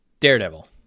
daredevil